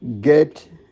Get